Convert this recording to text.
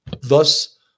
thus